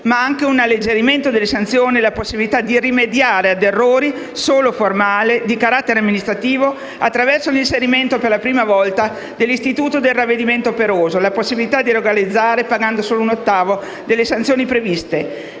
ma anche un alleggerimento delle sanzioni e la possibilità di rimediare a errori solo formali, di carattere amministrativo, attraverso l'inserimento per la prima volta dell'istituto del ravvedimento operoso: la possibilità di regolarizzare pagando solo un ottavo delle sanzioni previste.